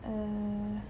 err